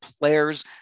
players